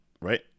right